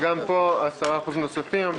גם פה, 10% נוספים.